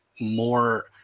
more